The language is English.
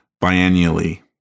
biennially